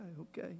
okay